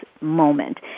moment